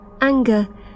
Anger